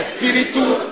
Spiritual